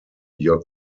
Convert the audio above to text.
your